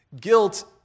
Guilt